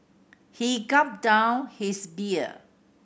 he gulped down his beer